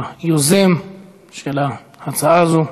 הוא היוזם של ההצעה הזאת.